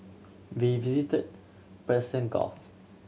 we visit Persian Gulf